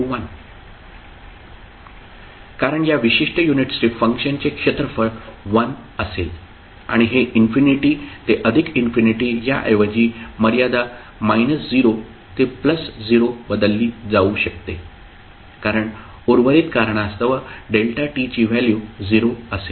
कारण या विशिष्ट युनिट स्टेप फंक्शनचे क्षेत्रफळ 1 असेल आणि हे इन्फिनिटी ते अधिक इन्फिनिटी या ऐवजी मर्यादा 0 ते 0 बदलली जाऊ शकते कारण उर्वरित कारणास्तव t ची व्हॅल्यू 0 असेल